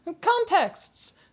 Contexts